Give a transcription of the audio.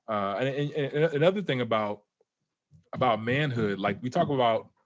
and another thing about about manhood, like you talk about.